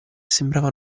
sembrava